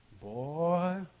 Boy